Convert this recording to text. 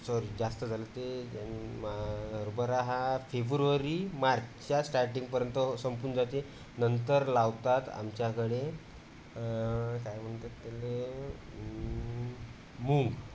sorry जास्त झालं ते मा हरबरा हा फेब्रुवारी मार्चच्या स्टार्टिंगपर्यंत संपून जाते नंतर लावतात आमच्याकडे काय म्हणतात त्याला मूग